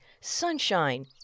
sunshine